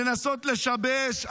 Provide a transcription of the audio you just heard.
לנסות לשבש,